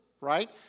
right